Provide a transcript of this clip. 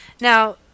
Now